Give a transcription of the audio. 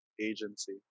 agency